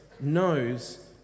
knows